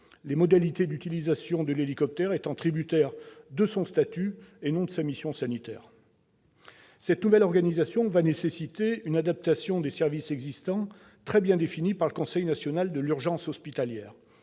les modalités d'utilisation de l'hélicoptère étant tributaires de son statut et non de sa mission sanitaire ! Cette nouvelle organisation nécessitera une adaptation des services existants très bien définie par le Conseil national de l'urgence hospitalière.